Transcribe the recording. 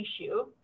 issue